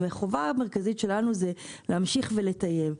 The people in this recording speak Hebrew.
והחובה המרכזית שלנו זה להמשיך ולטייב.